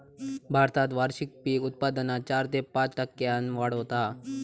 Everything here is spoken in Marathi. भारतात वार्षिक पीक उत्पादनात चार ते पाच टक्क्यांन वाढ होता हा